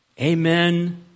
Amen